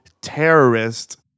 terrorist